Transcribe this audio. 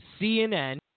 CNN